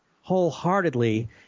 wholeheartedly